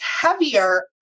heavier